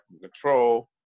control